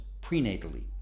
prenatally